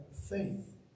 faith